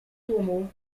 tłumu